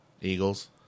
Eagles